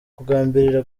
kugambirira